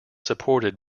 supported